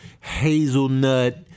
hazelnut